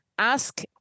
Ask